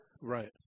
Right